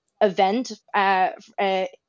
event